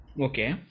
Okay